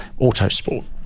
Autosport